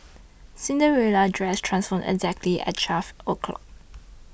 Cinderella's dress transformed exactly at twelve o'clock